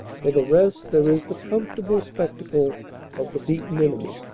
for the rest, there is the comfortable spectacle of the beaten enemy.